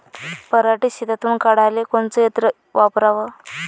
पराटी शेतातुन काढाले कोनचं यंत्र वापराव?